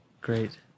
Great